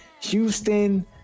Houston